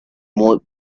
might